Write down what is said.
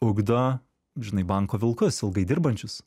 ugdo žinai banko vilkus ilgai dirbančius